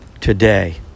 today